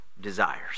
desires